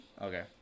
Okay